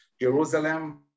Jerusalem